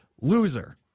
Loser